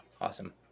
awesome